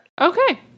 Okay